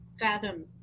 fathom